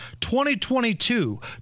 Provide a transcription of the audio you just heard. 2022